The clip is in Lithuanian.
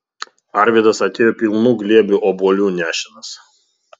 arvydas atėjo pilnu glėbiu obuolių nešinas